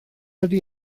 ydy